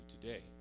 today